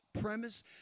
premise